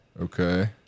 Okay